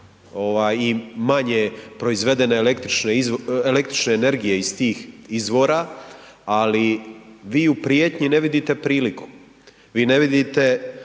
i manje proizvedene električne energije iz tih izvora, ali vi u prijetnji ne vidite priliku, vi ne vidite